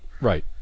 Right